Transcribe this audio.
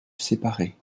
séparer